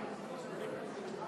(3)